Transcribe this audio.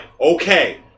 okay